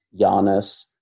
Giannis